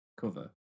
cover